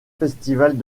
festivals